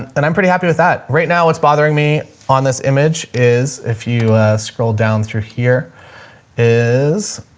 and and i'm pretty happy with that. right now. what's bothering me on this image is if you scroll down through here is